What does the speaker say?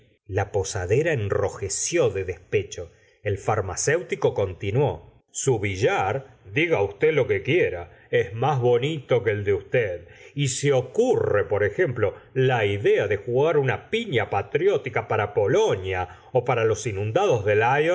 la posadera enrojeció de despecho el farmacéutico continuó su billar diga usted lo que quiera es más bonito que el de usted y si ocurre por ejemplo la idea de jugar una pifia patriótica para polonia para los inundados de